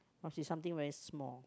must be something very small